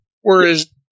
Whereas